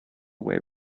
way